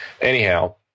Anyhow